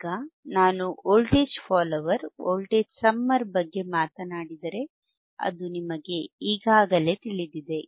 ಈಗ ನಾನು voltage follower voltage summer ಬಗ್ಗೆ ಮಾತನಾಡಿದರೆ ಅದು ನಿಮಗೆ ಈಗಾಗಲೇ ತಿಳಿದಿದೆ